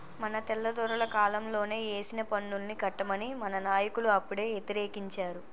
మన తెల్లదొరల కాలంలోనే ఏసిన పన్నుల్ని కట్టమని మన నాయకులు అప్పుడే యతిరేకించారు